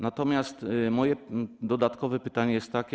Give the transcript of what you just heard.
Natomiast moje dodatkowe pytania są takie.